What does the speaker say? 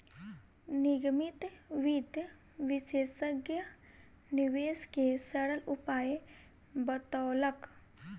निगमित वित्त विशेषज्ञ निवेश के सरल उपाय बतौलक